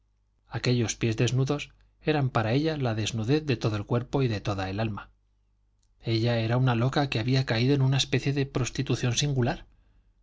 aquellos pies desnudos eran para ella la desnudez de todo el cuerpo y de toda el alma ella era una loca que había caído en una especie de prostitución singular